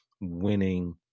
winning